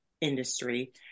industry